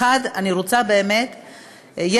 באמת,